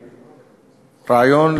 רעיון,